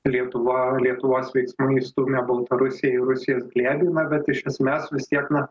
lietuva lietuvos veiksmai stumia baltarusiją į rusijos glėbį na bet iš esmės vis tiek na